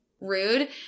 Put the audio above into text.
rude